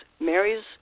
Mary's